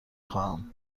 خواهم